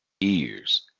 ears